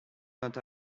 not